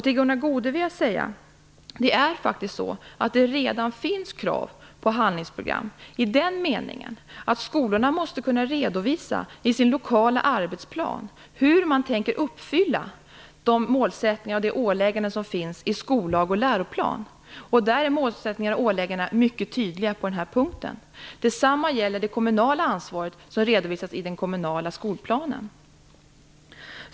Till Gunnar Goude vill jag säga att det faktiskt redan finns krav på handlingsprogram i den meningen att skolorna i sin lokala arbetsplan måste kunna redovisa hur de tänker uppfylla de målsättningar och de ålägganden som finns i skollagen och i läroplanen. Målsättningarna och åläggandena är mycket tydliga på den här punkten. Detsamma gäller det kommunala ansvar som redovisas i den kommunala skolplanen.